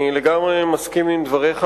אני לגמרי מסכים עם דבריך.